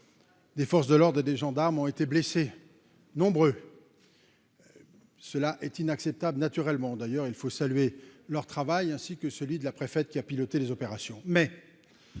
Des forces de l'ordre et des gendarmes ont été blessés, nombreux, cela est inacceptable, naturellement, d'ailleurs, il faut saluer leur travail ainsi que celui de la préfète qui a piloté les opérations